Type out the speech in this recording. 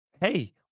hey